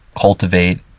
cultivate